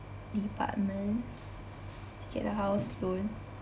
department to get a house loan